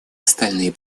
остальные